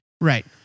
Right